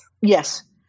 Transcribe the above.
Yes